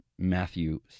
Matthew